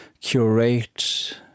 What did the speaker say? curate